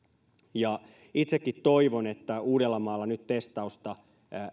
itsekin toivon että uudellamaalla nyt testausta